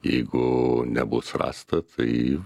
jeigu nebus rasta tai